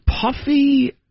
Puffy